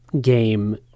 game